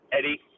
Eddie